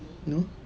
no